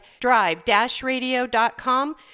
drive-radio.com